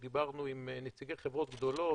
דיברנו עם נציגי חברות גדולות,